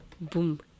boom